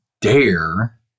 dare